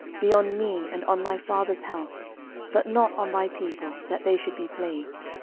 be on me, and on my father's house but not on thy people, that they should be plagued.